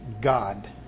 God